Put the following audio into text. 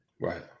right